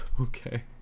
okay